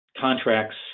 contracts